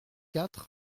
quatre